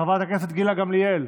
חברת הכנסת גילה גמליאל.